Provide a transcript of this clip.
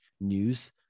news